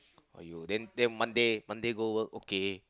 !aiyo! then then Monday Monday go work okay